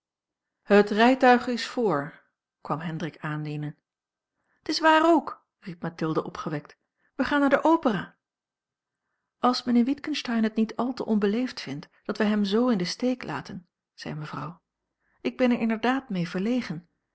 het rijtuig is voor kwam hendrik aandienen t is waar ook riep mathilde opgewekt wij gaan naar de opera als mijnheer witgensteyn het niet al te onbeleefd vindt dat wij hem z in den steek laten zei mevrouw ik ben er inderdaad mee verlegen